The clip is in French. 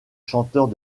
chanteurs